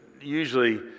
usually